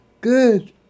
Good